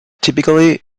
typically